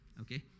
Okay